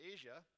Asia